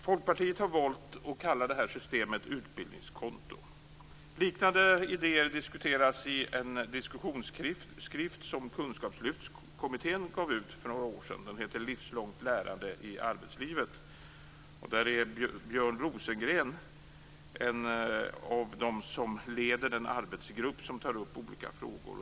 Folkpartiet har valt att kalla detta system utbildningskonto. Liknande idéer diskuteras i en diskussionsskrift som Kunskapslyftskommittén gav ut för några år sedan. Den heter Livslångt lärande i arbetslivet. Där är Björn Rosengren en av dem som leder en arbetsgrupp som tar upp olika frågor.